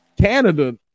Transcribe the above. canada